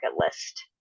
list